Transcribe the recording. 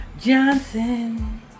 Johnson